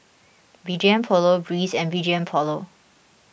B G M Polo Breeze and B G M Polo